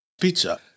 pizza